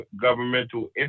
governmental